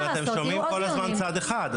אבל אתם שומעים כל הזמן צד אחד.